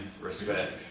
respect